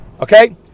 Okay